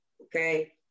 okay